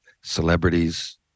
celebrities